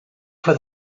for